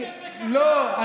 לא.